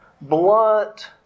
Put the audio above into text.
blunt